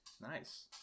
Nice